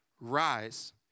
rise